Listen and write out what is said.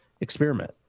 experiment